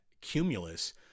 Cumulus